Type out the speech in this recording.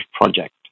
project